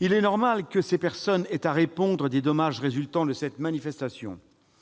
Il est normal que ces personnes aient à répondre des dommages résultant de la manifestation